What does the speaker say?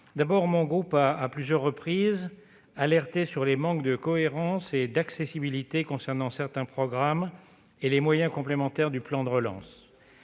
D'abord, mon groupe a, à plusieurs reprises, alerté sur le manque de cohérence et d'accessibilité de certains programmes et des moyens complémentaires figurant dans